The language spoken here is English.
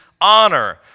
honor